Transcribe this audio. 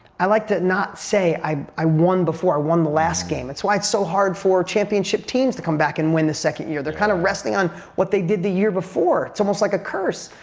i like to not say i i won before, i won the last game. it's why it's so hard for championship teams to come back and win the second year. they're kind of resting on what they did the year before. it's almost like a curse.